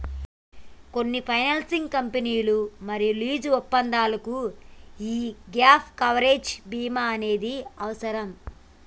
కొన్ని ఫైనాన్సింగ్ కంపెనీలు మరియు లీజు ఒప్పందాలకు యీ గ్యేప్ కవరేజ్ బీమా అనేది అవసరం